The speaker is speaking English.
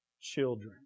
children